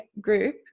group